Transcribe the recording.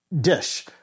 dish